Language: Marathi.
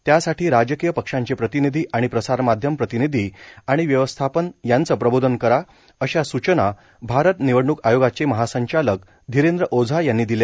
त्यासाठी राजकीय पक्षांचे प्रतिनिधी आणि प्रसारमाध्यम प्रतिनिधी आणि व्यवस्थापन यांचं प्रबोधन करा अशा सूचना भारत निवडणूक आयोगाचे महासंचालक धीरेंद्र ओझा यांनी दिल्या